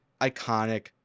iconic